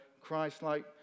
Christ-like